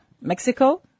Mexico